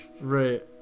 right